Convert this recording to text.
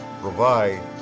provide